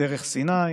דרך סיני,